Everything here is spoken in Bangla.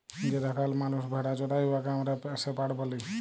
যে রাখাল মালুস ভেড়া চরাই উয়াকে আমরা শেপাড় ব্যলি